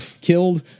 killed